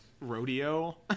rodeo